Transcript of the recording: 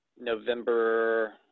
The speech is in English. November